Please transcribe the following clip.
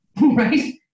right